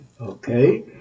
okay